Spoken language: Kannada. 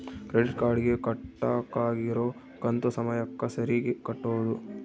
ಕ್ರೆಡಿಟ್ ಕಾರ್ಡ್ ಗೆ ಕಟ್ಬಕಾಗಿರೋ ಕಂತು ಸಮಯಕ್ಕ ಸರೀಗೆ ಕಟೋದು